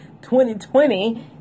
2020